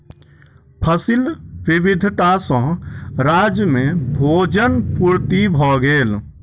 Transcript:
फसिल विविधता सॅ राज्य में भोजन पूर्ति भ गेल